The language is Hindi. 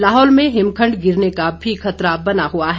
लाहौल में हिमखंड गिरने का खतरा बना हुआ है